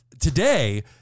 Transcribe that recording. today